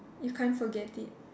you can't forget it